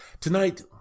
Tonight